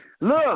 Look